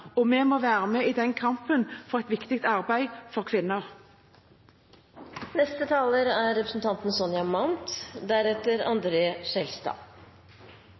og vi må være med i den kampen, i det viktige arbeidet for